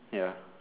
ya